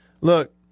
look